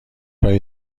هایی